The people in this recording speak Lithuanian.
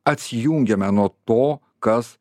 atsijungiame nuo to kas